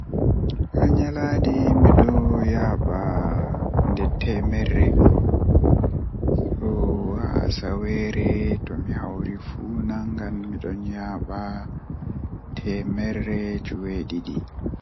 Haa nyalande midon yaaba nde temmere soo haa asaweere to hawri fuu nangan midon yaaba temerre jweedidi.